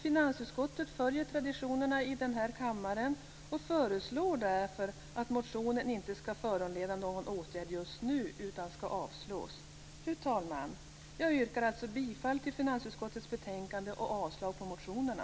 Finansutskottet följer traditionerna i denna kammare och föreslår därför att motionen inte skall föranleda någon åtgärd just nu, utan att den skall avslås. Fru talman! Jag yrkar alltså bifall till hemställan i finansutskottets betänkande och avslag på motionerna.